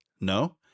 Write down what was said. No